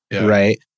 right